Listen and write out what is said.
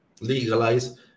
legalize